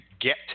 get